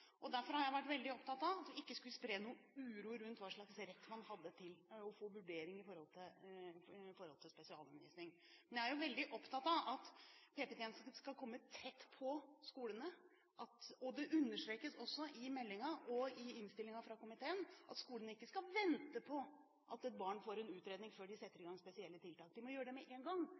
Derfor har jeg vært veldig opptatt av at vi ikke skulle spre uro rundt hva slags rett man har til å få vurdering i forhold til spesialundervisning. Jeg er jo veldig opptatt av at PP-tjenesten skal komme tett på skolene, og det understrekes også i meldingen og i innstillingen fra komiteen at skolene ikke skal vente på at et barn får en utredning før de setter i gang spesielle tiltak. De må gjøre det med én gang.